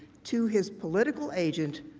to his political agent,